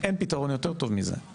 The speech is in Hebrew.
אין פתרון יותר טוב מזה.